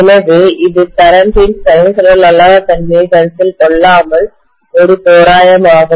எனவே இது கரன்ட் இன் சைனூசாய்டல் அல்லாத தன்மையைக் கருத்தில் கொள்ளாமல் ஒரு தோராயமாகும்